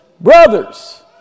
brothers